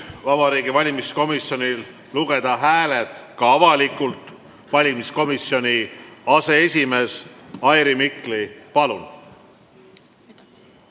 Vabariigi Valimiskomisjonil lugeda hääled ka avalikult. Valimiskomisjoni aseesimees Airi Mikli, palun!